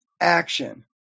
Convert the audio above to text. action